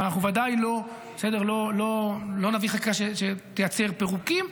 אבל אנחנו ודאי לא נביא חקיקה שתייצר פירוקים.